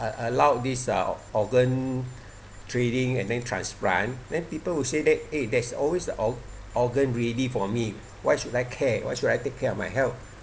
allowed this uh organ trading and then transplant then people will say that eh there's always or~ organ ready for me why should I care what should I take care of my health